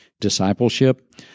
discipleship